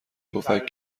پفک